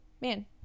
man